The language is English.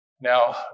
Now